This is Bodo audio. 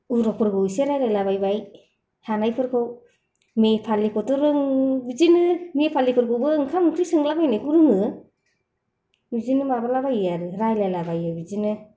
उरांफोरखौ एसे रायलायलाबायबाय हानायफोरखौ नेपालिखौथ' रों बिदिनो नेपालिफोरखौबो ओंखाम ओंख्रि सोंलाबायनायखौ रोङो बिदिनो माबालाबायो आरो रायलायलाबायो बिदिनो